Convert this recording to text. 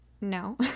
No